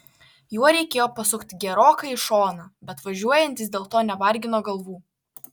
juo reikėjo pasukti gerokai į šoną bet važiuojantys dėl to nevargino galvų